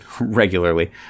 regularly